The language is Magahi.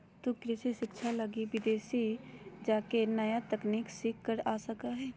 तु कृषि शिक्षा लगी विदेश जाके नया तकनीक सीख कर आ सका हीं